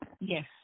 Yes